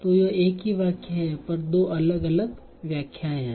तो ये एक ही वाक्य है पर दो अलग अलग व्याख्याएँ हैं